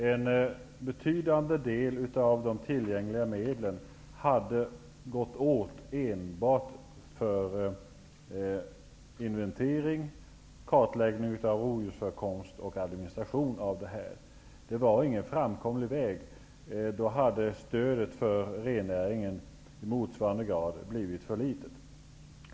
En betydande del av de tillgängliga medlen hade gått åt enbart för inventering och kartläggning av rovdjursförekomst och administration av detta. Det var inte en framkomlig väg. Då hade stödet för rennäringen i motsvarande grad blivit för litet.